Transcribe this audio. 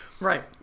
Right